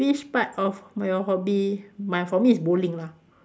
which part of my your hobby mine for me is bowling lah